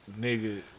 nigga